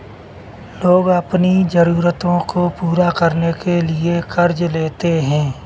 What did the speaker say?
लोग अपनी ज़रूरतों को पूरा करने के लिए क़र्ज़ लेते है